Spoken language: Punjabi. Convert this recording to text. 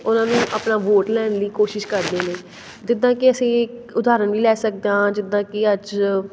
ਉਨ੍ਹਾਂ ਨੂੰ ਆਪਣਾ ਵੋਟ ਲੈਣ ਦੀ ਕੋਸ਼ਿਸ਼ ਕਰਦੇ ਨੇ ਜਿੱਦਾਂ ਕਿ ਅਸੀਂ ਉਦਾਹਰਨ ਵੀ ਲੈ ਸਕਦੇ ਹਾਂ ਜਿੱਦਾਂ ਕਿ ਅੱਜ